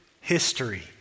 history